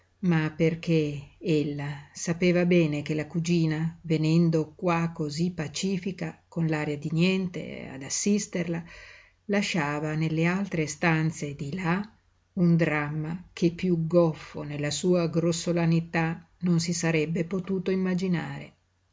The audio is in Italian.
ma perché ella sapeva bene che la cugina venendo qua cosí pacifica con l'aria di niente ad assisterla lasciava nelle altre stanze di là un dramma che piú goffo nella sua grossolanità non si sarebbe potuto immaginare